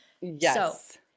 yes